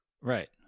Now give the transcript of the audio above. Right